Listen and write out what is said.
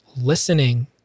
listening